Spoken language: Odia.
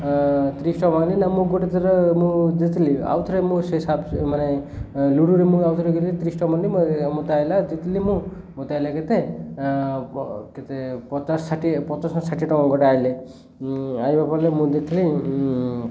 ତିରିଶ ଟଙ୍କା ବାନ୍ଧିଲି ନା ମୁଁ ଗୋଟେ ଥର ମୁଁ ଦେଇଥିଲି ଆଉ ଥରେ ମୁଁ ମାନେ ଲୁଡ଼ୁରେ ମୁଁ ଆଉ ଥରେ ଗଲିି ତିରିଶ ଟଙ୍କା ମିଳିଲା ମୋତେ ଆଇଲା ଦେଇଥିଲି ମୁଁ ମୋତେ ଆଇଲା କେତେ କେତେ ପଚାଶ ଷାଠିଏ ପଚାଶ ଷାଠିଏ ଟଙ୍କା ଗୋଟେ ଆଇଲେ ଆଇବା ପରେ ମୁଁ ଦେଇଥିଲି